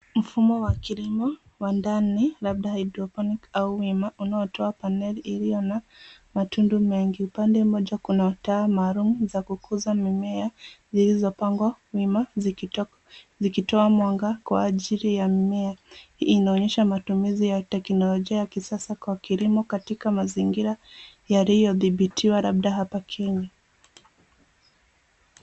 Mfumo wa kilimo wa ndani labda hydroponic au wima unaotoa paneli iliyo na matundu mengi. Upande mmoja kuna taa maalum za kukuza mimea, zilizopangwa wima zikitoa mwanga kwa ajili ya mimea. Inaonyesha matumizi ya teknolojia ya kisasa kwa kilimo katika mazingira yaliyodhibitiwa labda hapa Kenya.